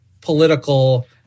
political